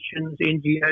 NGOs